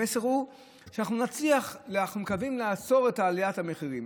המסר הוא שאנחנו נצליח שאנחנו מקווים לעצור את עליית המחירים.